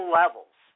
levels